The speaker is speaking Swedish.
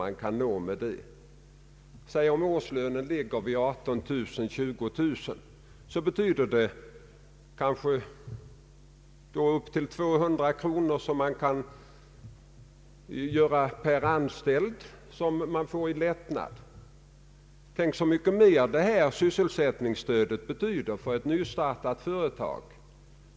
I Holland t.ex. är ett av de största problemen hur man skall få utrymme för den befolkningsökning som man naturligt räknar med. Här i Sverige är problemet det rakt motsatta.